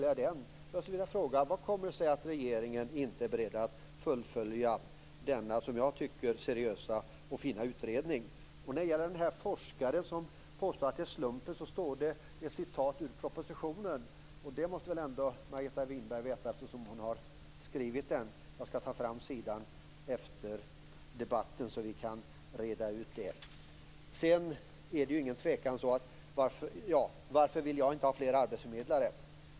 Jag skulle vilja fråga hur det kommer sig att regeringen inte är beredd att fullfölja denna, som jag tycker, seriösa och fina utredning. Jag skulle när det gäller den forskare som påstår att slumpen spelar in kunna hänvisa till ett citat ur propositionen, som Margareta Winberg ju själv har skrivit. Jag skall ta fram sidan efter debatten, så att vi kan reda ut den saken. Varför vill då jag inte ha flera arbetsförmedlare?